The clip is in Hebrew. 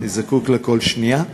אני זקוק לכל שנייה.